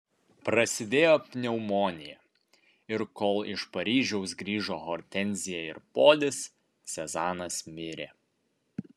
prasidėjo pneumonija ir kol iš paryžiaus grįžo hortenzija ir polis sezanas mirė